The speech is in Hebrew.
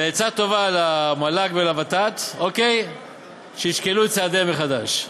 ועצה טובה למל"ג ולוות"ת: שישקלו את צעדיהם מחדש,